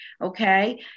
okay